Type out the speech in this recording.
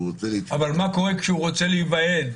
אבל מה קורה כשהוא רוצה להיוועד?